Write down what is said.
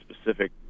specific